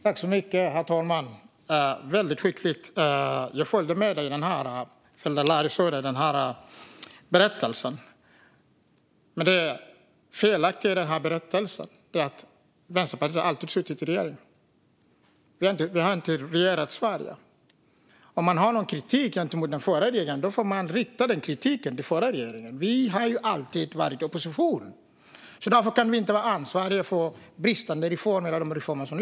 Herr talman! Väldigt skickligt! Jag följde med i Larry Söders berättelse. Men det felaktiga i den är att Vänsterpartiet faktiskt aldrig har suttit i regeringen. Vi har inte regerat Sverige. Om man har kritik mot den förra regeringen får man rikta den kritiken dit. Vi har alltid varit i opposition. Därför kan vi inte vara ansvariga för bristande reformer.